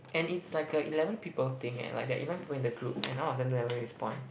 and it's like a eleven people thing eh like they are even put in a group and all of them never respond